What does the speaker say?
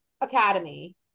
Academy